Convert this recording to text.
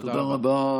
תודה רבה.